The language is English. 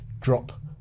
drop